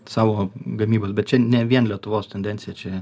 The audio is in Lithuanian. savo gamybos bet čia ne vien lietuvos tendencija čia